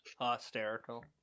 Hysterical